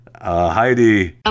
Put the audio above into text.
Heidi